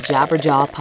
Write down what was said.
Jabberjaw